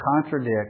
contradict